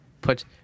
put